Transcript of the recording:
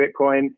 Bitcoin